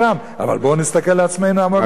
אבל בואו נסתכל לעצמנו עמוק בעיניים.